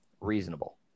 Reasonable